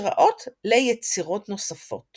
השראות ליצירות נוספות